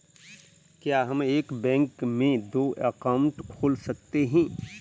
क्या हम एक बैंक में दो अकाउंट खोल सकते हैं?